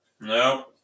No